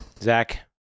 Zach